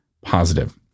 positive